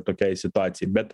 tokiai situacijai bet